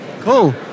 Cool